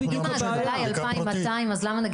אם ההגבלה היא 2,200 אז למה נגיד